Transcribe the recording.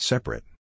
Separate